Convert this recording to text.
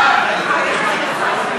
הסתייגות מס'